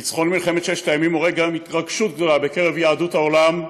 ניצחון מלחמת ששת הימים עורר התרגשות גדולה גם בקרב יהדות העולם,